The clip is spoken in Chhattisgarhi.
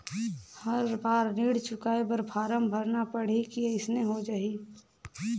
हर बार ऋण चुकाय बर फारम भरना पड़ही की अइसने हो जहीं?